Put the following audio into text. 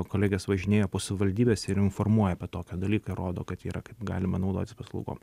kolegės važinėja po savivaldybes ir informuoja apie tokį dalyką rodo kad yra kaip galima naudotis paslaugom